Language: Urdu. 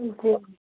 جی